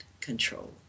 control